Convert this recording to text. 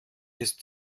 ist